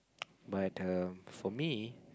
but err for me